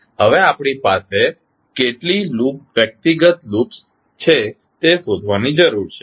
હવે આપણે આપણી પાસે કેટલી વ્યક્તિગત લૂપ્સ છે તે શોધવાની જરૂર છે